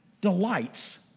delights